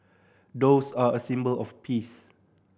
doves are a symbol of peace